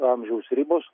amžiaus ribos